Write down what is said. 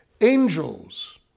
Angels